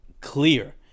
clear